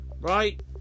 right